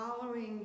following